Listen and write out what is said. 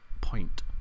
point